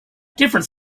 different